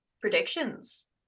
Predictions